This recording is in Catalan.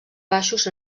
baixos